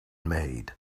made